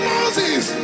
Moses